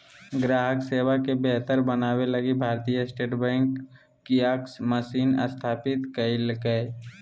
ग्राहक सेवा के बेहतर बनाबे लगी भारतीय स्टेट बैंक कियाक्स मशीन स्थापित कइल्कैय